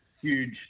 huge